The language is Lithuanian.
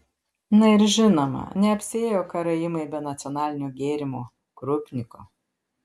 na ir žinoma neapsiėjo karaimai be nacionalinio gėrimo krupniko